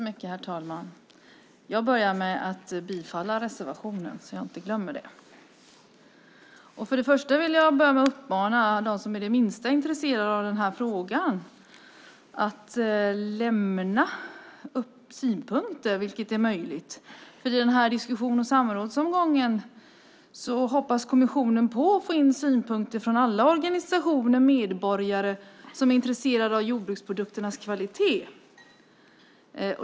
Herr talman! Jag börjar med att yrka bifall till reservationen. Jag vill börja med att uppmana dem som är det minsta intresserade av den här frågan att lämna in synpunkter, vilket är möjligt. I den här diskussions och samrådsomgången hoppas kommissionen få in synpunkter från alla organisationer och medborgare som är intresserade av jordbruksprodukternas kvalitet.